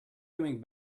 coming